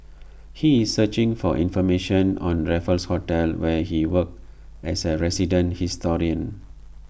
he is searching for information on Raffles hotel where he works as A resident historian